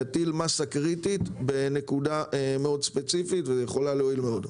להטיל מסה קריטית בנקודה מאוד ספציפית שיכולה להועיל מאוד.